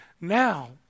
now